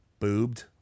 Boobed